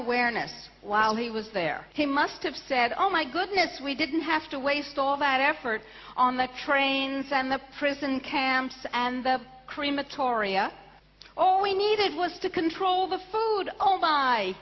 awareness while he was there he must have said oh my goodness we didn't have to waste all that effort on the trains and the prison camps and the crematoria all we needed was to control the food oh